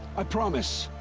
i promise.